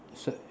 so~